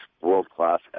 world-class